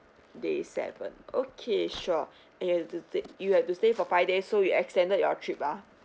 day seven okay sure and you have to stay you have to stay for five days so you extended your trip ah